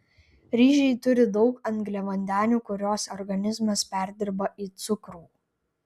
ryžiai turi daug angliavandenių kuriuos organizmas perdirba į cukrų